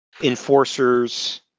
Enforcers